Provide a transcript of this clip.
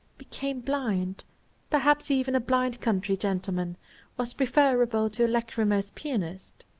became blind perhaps even a blind country gentleman was preferable to a lachrymose pianist.